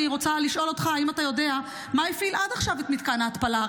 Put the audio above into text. אני רוצה לשאול אותך: האם אתה יודע מה הפעיל עכשיו את מתקן ההתפלה?